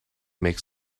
makes